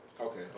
Okay